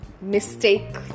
Mistake